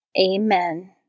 Amen